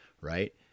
Right